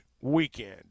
weekend